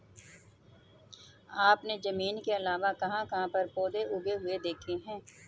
आपने जमीन के अलावा कहाँ कहाँ पर पौधे उगे हुए देखे हैं?